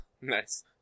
Nice